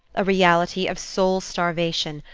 a reality of soul-starvation,